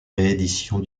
rééditions